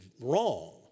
wrong